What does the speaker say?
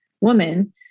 woman